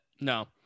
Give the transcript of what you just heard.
No